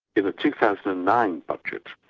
in the two thousand and nine budget,